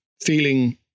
feeling